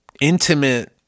intimate